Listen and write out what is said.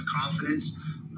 confidence